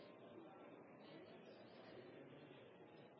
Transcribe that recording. Det er en